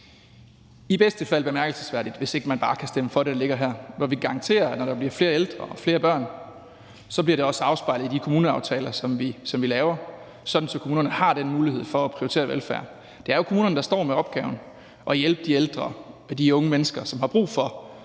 i bedste fald bemærkelsesværdigt, hvis ikke man bare kan stemme for det, der ligger her, hvor vi garanterer, at når der bliver flere ældre og flere børn, bliver det også afspejlet i de kommuneaftaler, som vi laver, sådan at kommunerne har den mulighed for at prioritere velfærden. Det er jo kommunerne, der står med opgaven med at hjælpe de ældre og de unge mennesker, som har brug for,